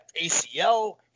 ACL